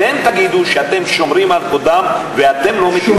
אתם תגידו שאתם שומרים על כבודם ואתם לא, זה חשוב.